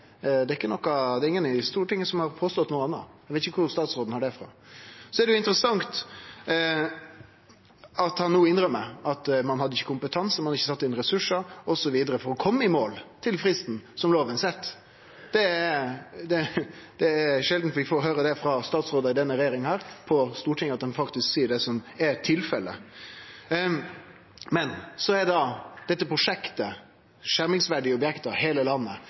Eg veit ikkje kvar statsråden har det frå. Så er det interessant at han no innrømmer at ein ikkje hadde kompetanse, ein hadde ikkje sett inn ressursar, osv. for å kome i mål til fristen som lova set. Det er sjeldan vi på Stortinget får høyre statsrådar i denne regjeringa faktisk seie det som er tilfellet. Men så er det prosjektet Heile landet